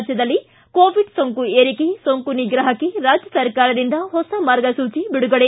ರಾಜ್ಯದಲ್ಲಿ ಕೋವಿಡ್ ಸೋಂಕು ಏರಿಕೆ ಸೋಂಕು ನಿಗ್ರಹಕ್ಕೆ ರಾಜ್ಯ ಸರ್ಕಾರದಿಂದ ಹೊಸ ಮಾರ್ಗಸೂಚಿ ಬಿಡುಗಡೆ